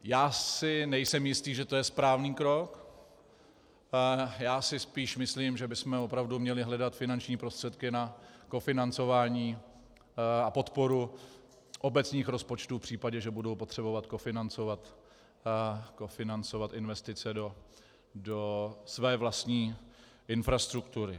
Já si nejsem jistý, že to je správný krok, já si spíš myslím, že bychom opravdu měli hledat finanční prostředky na kofinancování a podporu obecních rozpočtů v případě, že budou potřebovat kofinancovat investice do své vlastní infrastruktury.